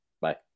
Bye